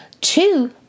Two